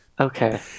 Okay